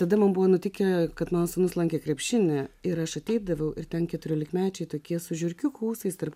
tada mums buvo nutikę kad mano sūnus lankė krepšinį ir aš ateidavau ir ten keturiolikmečiai tokie su žiurkiukų ūsais tarp